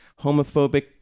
homophobic